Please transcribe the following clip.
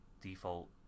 default